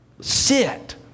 Sit